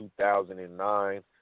2009